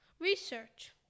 research